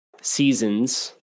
seasons